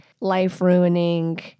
life-ruining